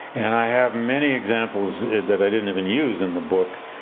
and i have many examples that i didn't even use in the book,